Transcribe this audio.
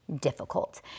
difficult